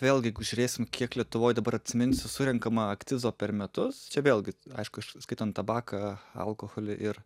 vėl jeigu žiūrėsim kiek lietuvoj dabar atsiminsiu surenkama akcizo per metus čia vėlgi aišku aš skaitant tabaką alkoholį ir